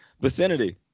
vicinity